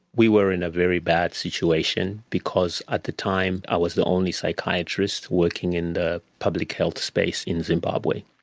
we were in a very bad situation because at the time i was the only psychiatrist working in the public health space in zimbabwe.